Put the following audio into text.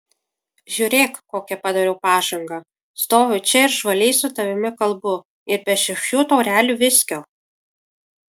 žiūrėk kokią padariau pažangą stoviu čia ir žvaliai su tavimi kalbu ir be šešių taurelių viskio